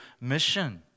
mission